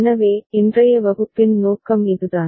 எனவே இன்றைய வகுப்பின் நோக்கம் இதுதான்